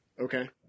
Okay